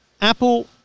Apple